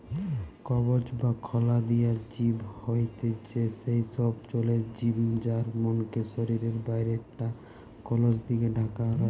কবচ বা খলা দিয়া জিব হয়থে সেই সব জলের জিব যার মনকের শরীরের বাইরে টা খলস দিকি ঢাকা রয়